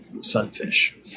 sunfish